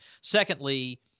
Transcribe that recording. Secondly